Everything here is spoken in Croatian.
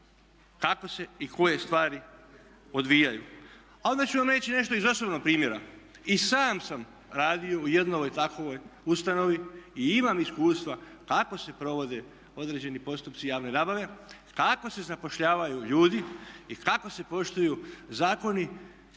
kako se i koje stvari odvijaju. A onda ću vam reći nešto iz osobnog primjera, i sam sam radio u jednoj takvoj ustanovi i imam iskustva kako se provodi određeni postupci javne nabave, kako se zapošljavaju ljudi i kako se poštuju zakoni